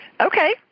Okay